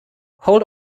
hold